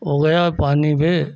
ओ गया पानी में